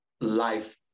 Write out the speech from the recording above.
life